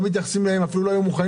לא מתייחסים אליהן ואפילו לא היו מוכנים